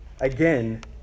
Again